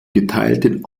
geteilten